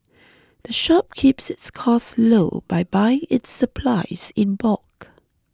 the shop keeps its costs low by buying its supplies in bulk